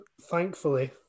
thankfully